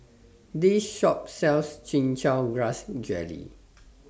This Shop sells Chin Chow Grass Jelly